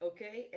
Okay